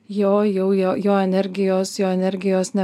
jo jau jo jo energijos jo energijos ne